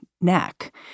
neck